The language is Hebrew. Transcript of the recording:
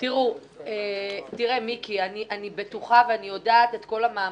אני בטוחה ויודעת את כל המאמצים,